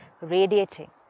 radiating